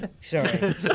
sorry